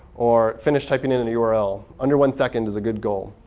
or finish typing in in a url. under one second is a good goal.